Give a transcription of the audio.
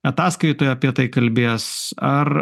ataskaitoj apie tai kalbėjęs ar